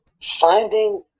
Finding